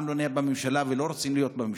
לא נהיה בממשלה ולא רוצים להיות בממשלה,